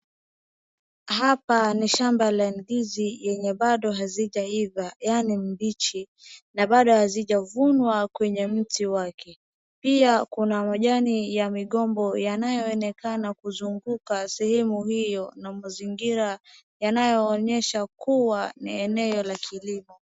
Hapa ni shamba la ndizi yenye bado hazijaiva yaani mbichi na bado hazijavunwa kwenye mti wake pia kuna majani ya migomba ambayo yanaonekana kuzunguka sehemu hiyo na mazingira yanayoonyesha kuwa ni eneo la kilimo.